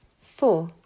Four